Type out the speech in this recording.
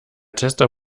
tester